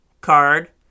card